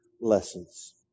lessons